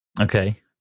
Okay